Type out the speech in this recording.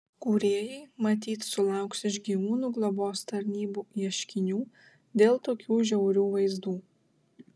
kūrėjai matyt sulauks iš gyvūnų globos tarnybų ieškinių dėl tokių žiaurių vaizdų